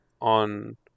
on